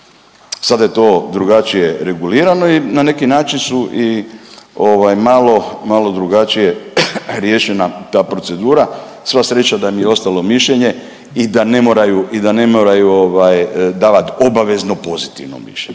Sada je to drugačije regulirano i na neki način su i ovaj malo, malo drugačije riješena ta procedura. Sva sreća da mi je ostalo mišljenje i da ne moraju i da ne moraju ovaj davati obavezno pozitivno mišljenje.